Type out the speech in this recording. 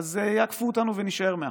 אז יעקפו אותנו ונישאר מאחור.